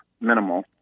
minimal